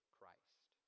Christ